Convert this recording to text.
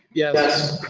yes.